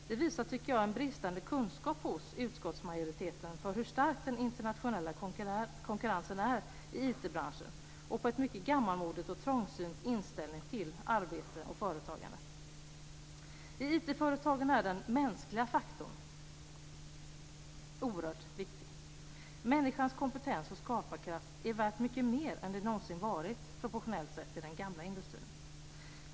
Det visar, tycker jag, på en mycket bristande kunskap hos utskottsmajoriteten om hur stark den internationella konkurrensen är i IT branschen och på en mycket gammalmodig och trångsynt inställning till arbete och företagande. I IT-företagen är den mänskliga faktorn oerhört viktig. Människans kompetens och skaparkraft är värt mycket mer än den någonsin varit i den tyngre industrin.